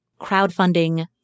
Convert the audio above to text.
crowdfunding